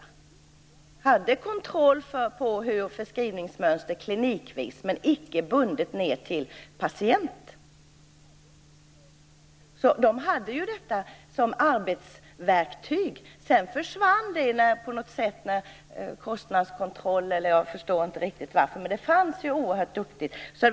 De hade kontroll på förskrivningsmönster klinikvis, men inte bundet ner till patient. De hade detta som arbetsverktyg. Sedan försvann det på något sätt, kanske i samband med kostnadskontroll, och jag förstår inte riktigt varför. De fanns, och de var oerhört duktiga.